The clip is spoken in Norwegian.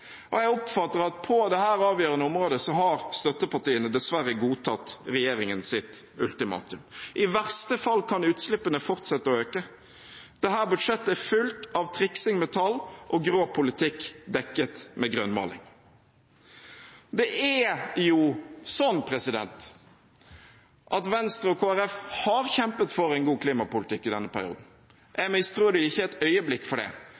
og jeg oppfatter at på dette avgjørende området har støttepartiene dessverre godtatt regjeringens ultimatum. I verste fall kan utslippene fortsette å øke. Dette budsjettet er fullt av triksing med tall og grå politikk dekket med grønnmaling. Det er jo sånn at Venstre og Kristelig Folkeparti har kjempet for en god klimapolitikk i denne perioden, og jeg mistror dem ikke et øyeblikk.